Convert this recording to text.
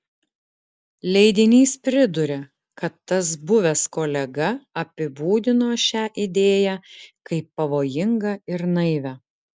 leidinys priduria kad tas buvęs kolega apibūdino šią idėją kaip pavojingą ir naivią